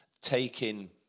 taking